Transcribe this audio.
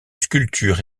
sculpture